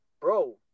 bro